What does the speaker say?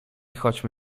chodźmy